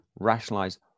rationalize